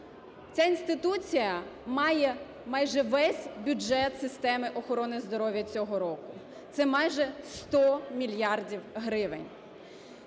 Ця інституція має майже весь бюджет системи охорони здоров'я цього року, це майже 100 мільярдів гривень.